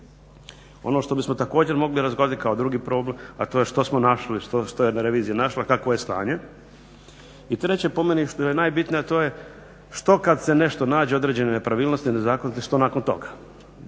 Ono što bismo također mogli razgovarati kao drugi problem, a to je što smo našli, što je jedna revizija našla, kakvo je stanje. I treće po meni što je najbitnije a to je što kad se nešto nađe, određene nepravilnosti, nezakonitosti, što nakon toga?